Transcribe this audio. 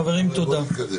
חברים, תודה.